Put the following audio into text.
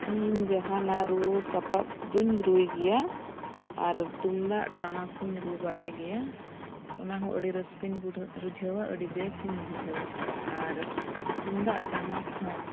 ᱤᱧ ᱡᱟᱦᱟᱱᱟᱜ ᱨᱩ ᱥᱟᱯᱟᱵ ᱫᱩᱧ ᱨᱩᱭ ᱜᱮᱭᱟ ᱟᱨ ᱛᱩᱢᱫᱟᱜ ᱴᱟᱢᱟᱠ ᱦᱚᱧ ᱨᱩ ᱵᱟᱲᱟᱭ ᱜᱮᱭᱟ ᱚᱱᱟ ᱦᱚᱸ ᱟᱹᱰᱤ ᱨᱟᱹᱥᱠᱟᱹᱧ ᱵᱩᱰᱷᱟᱹ ᱵᱩᱡᱷᱟᱹᱣᱟ ᱟᱹᱰᱤ ᱵᱮᱥᱮᱧ ᱵᱩᱡᱷᱟᱹᱣᱟ ᱟᱨ ᱛᱩᱢᱫᱟᱜ ᱴᱟᱢᱟᱠ ᱦᱚᱸ